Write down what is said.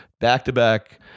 back-to-back